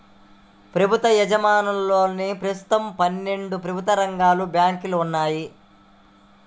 ప్రభుత్వ యాజమాన్యంలో ప్రస్తుతం పన్నెండు ప్రభుత్వ రంగ బ్యాంకులు ఉన్నాయి